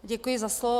Děkuji za slovo.